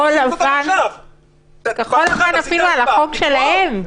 כחול לבן, אפילו על החוק שלהם.